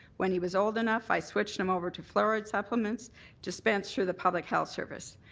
when he was old enough i switched him over to fluoride supplements dispensed through the public health service.